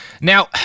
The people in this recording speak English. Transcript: Now